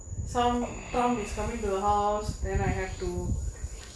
some trump is coming to the house then I have to